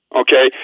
okay